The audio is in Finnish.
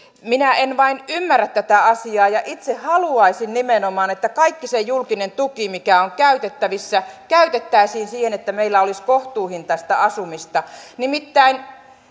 minä en vain ymmärrä tätä asiaa itse haluaisin nimenomaan että kaikki se julkinen tuki mikä on käytettävissä käytettäisiin siihen että meillä olisi kohtuuhintaista asumista nimittäin